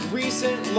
recent